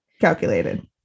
calculated